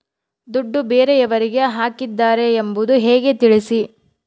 ದುಡ್ಡು ಬೇರೆಯವರಿಗೆ ಹಾಕಿದ್ದಾರೆ ಎಂಬುದು ಹೇಗೆ ತಿಳಿಸಿ?